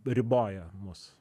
riboja mus